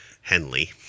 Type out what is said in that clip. Henley